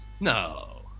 No